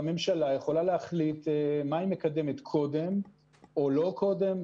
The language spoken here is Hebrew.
הממשלה יכולה להחליט מה היא מקדמת קודם או לא קודם,